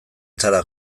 zara